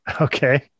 Okay